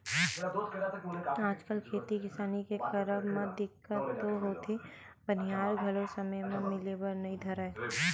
आजकल खेती किसानी के करब म दिक्कत तो होथे बनिहार घलो समे म मिले बर नइ धरय